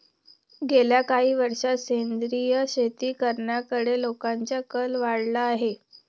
गेल्या काही वर्षांत सेंद्रिय शेती करण्याकडे लोकांचा कल वाढला आहे